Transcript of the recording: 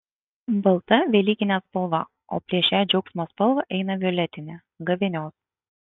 balta velykinė spalva o prieš šią džiaugsmo spalvą eina violetinė gavėnios